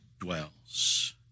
dwells